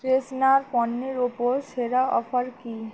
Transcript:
freshener পণ্যের ওপর সেরা অফার কী